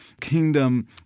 kingdom